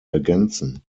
ergänzen